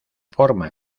forma